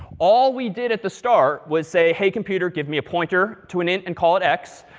all we did at the start was say, hey, computer give me a pointer to an int, and call it x.